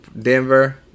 Denver